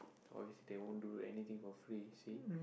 obviously they won't do anything for free see